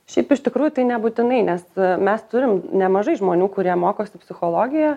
šiaip iš tikrųjų tai nebūtinai nes mes turim nemažai žmonių kurie mokosi psichologiją